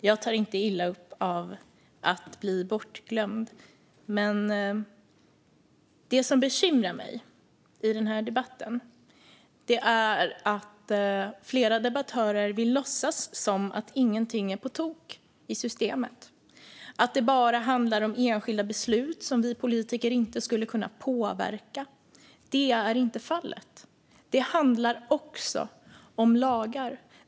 Fru talman! Det som bekymrar mig i den här debatten är att flera debattörer vill låtsas som att ingenting är på tok i systemet och att det bara handlar om enskilda beslut som vi politiker inte skulle kunna påverka. Så är inte fallet. Det handlar också om lagar.